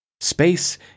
space